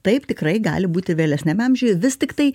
taip tikrai gali būti vėlesniame amžiuje vis tiktai